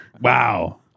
Wow